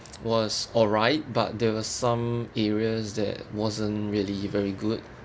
was alright but there are some areas that wasn't really very good